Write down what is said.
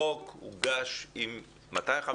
החוק הוגש ככה ב-2001.